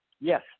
Yes